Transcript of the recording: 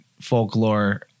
folklore